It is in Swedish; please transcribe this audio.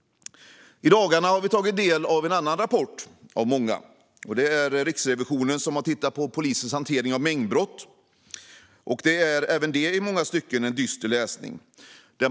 I dagarna har vi tagit del av en annan rapport av många. Riksrevisionen har tittat på polisens hantering av mängdbrott. Även den är i många stycken en dyster läsning.